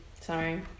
sorry